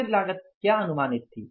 स्थिर लागत क्या अनुमानित थी